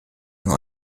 nur